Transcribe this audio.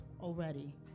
already